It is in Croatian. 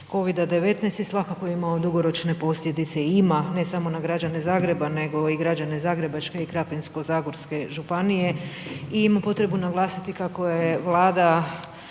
Covida-19 i svakako je imao dugoročne posljedice i ima, ne samo na građane Zagreba nego i građane Zagrebačke i Krapinsko-zagorske županije i imam potrebu naglasiti kako je Vlada